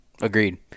Agreed